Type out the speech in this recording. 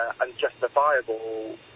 unjustifiable